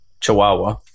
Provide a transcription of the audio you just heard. Chihuahua